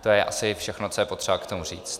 To je asi všechno, co je potřeba k tomu říct.